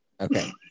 Okay